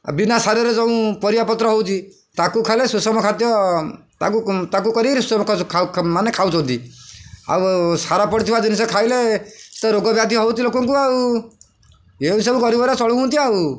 ବିନା ସାର ରେ ଯେଉଁ ପରିବାପତ୍ର ହେଉଛି ତାକୁ ଖାଇଲେ ସୁଷମ ଖାଦ୍ୟ ତାକୁ ତାକୁ କରିକି ମାନେ ଖାଉଛନ୍ତି ଆଉ ସାର ପଡ଼ିଥିବା ଜିନିଷ ଖାଇଲେ ତ ରୋଗ ବ୍ୟାଧି ହେଉଛି ଲୋକଙ୍କୁ ଆଉ ଏମିତି ସବୁ ଗରିବ ଗୁରା ଚଳୁଛନ୍ତି ଆଉ